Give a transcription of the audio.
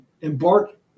embark